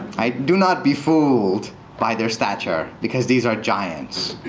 do not be fooled by their stature. because these are giants.